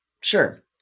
Sure